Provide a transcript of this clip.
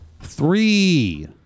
Three